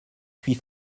suis